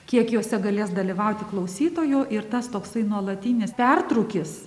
kiek juose galės dalyvauti klausytojų ir tas toksai nuolatinis pertrūkis